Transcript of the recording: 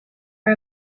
are